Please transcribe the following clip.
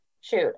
Shoot